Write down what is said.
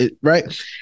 Right